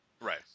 Right